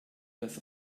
das